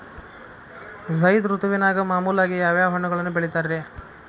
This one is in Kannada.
ಝೈದ್ ಋತುವಿನಾಗ ಮಾಮೂಲಾಗಿ ಯಾವ್ಯಾವ ಹಣ್ಣುಗಳನ್ನ ಬೆಳಿತಾರ ರೇ?